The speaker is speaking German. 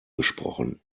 gesprochen